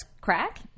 crack